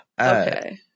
Okay